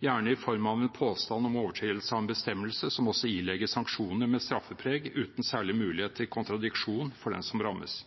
gjerne i form av en påstand om overtredelse av en bestemmelse, som også ilegger sanksjoner med straffepreg uten særlig mulighet til kontradiksjon for den som rammes.